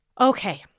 Okay